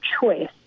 choice